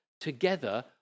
together